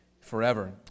forever